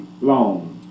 long